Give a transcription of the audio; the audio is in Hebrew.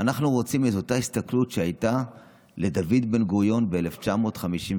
אנחנו רוצים את אותה הסתכלות שהייתה לדוד בן-גוריון ב-1951: